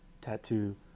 tattoo